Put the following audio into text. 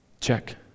Check